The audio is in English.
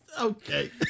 okay